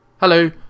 Hello